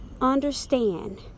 understand